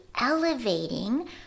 elevating